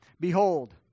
Behold